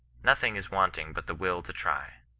nothing is wanting but the will to try.